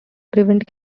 prevent